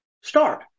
start